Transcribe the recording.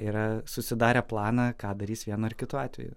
yra susidarę planą ką darys vienu ar kitu atveju